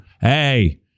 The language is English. Hey